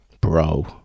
Bro